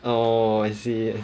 oh I see